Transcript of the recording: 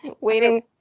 Waiting